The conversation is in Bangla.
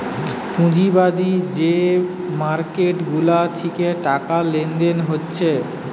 পুঁজিবাদী যে মার্কেট গুলা থিকে টাকা লেনদেন হচ্ছে